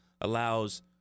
allows